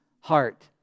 heart